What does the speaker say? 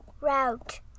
route